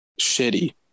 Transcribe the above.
shitty